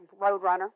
roadrunner